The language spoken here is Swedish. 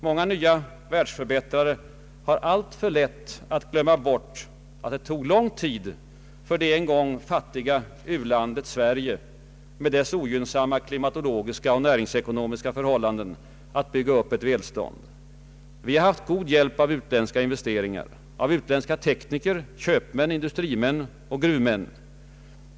Många nya världsförbättrare har alltför lätt att glömma bort att det tog lång tid för det en gång fattiga u-landet Sverige med dess ogynnsamma klimatologiska och näringsekonomiska förhållanden att bygga upp ett välstånd. Vi har haft god hjälp av utländska investeringar, av utländska tekniker, köpmän, indu strimän och gruvmän.